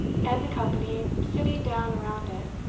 and the company, sitting down around it,